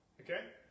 Okay